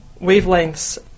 wavelengths